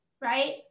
right